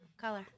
Color